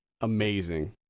amazing